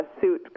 suit